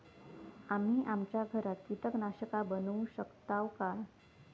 आम्ही आमच्या घरात कीटकनाशका बनवू शकताव काय?